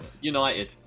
United